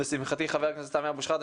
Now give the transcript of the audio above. ולשמחתי חבר הכנסת סמי אבו שחאדה,